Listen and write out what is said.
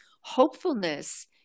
hopefulness